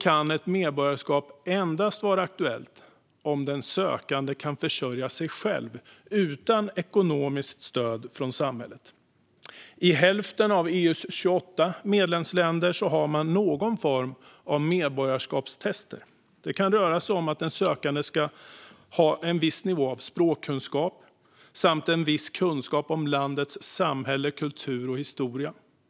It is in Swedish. kan ett medborgarskap endast vara aktuellt om den sökande kan försörja sig själv utan ekonomiskt stöd från samhället. I hälften av EU:s 28 medlemsländer har man någon form av medborgarskapstester. Det kan röra sig om att den sökande ska ha en viss nivå i språkkunskap samt en viss kunskap om landets samhälle, kultur och historia.